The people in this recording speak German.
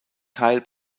teil